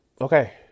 okay